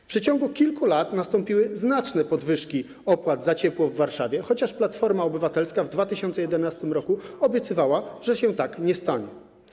W przeciągu kilku lat nastąpiły znaczne podwyżki opłat za ciepło w Warszawie, chociaż Platforma Obywatelska w 2011 r. obiecywała, że się tak nie stanie.